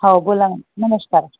हो बोला ना नमस्कार